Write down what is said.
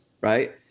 right